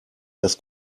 das